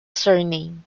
surname